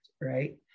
right